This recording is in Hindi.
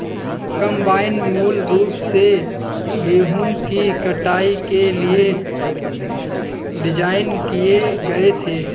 कंबाइन मूल रूप से गेहूं की कटाई के लिए डिज़ाइन किए गए थे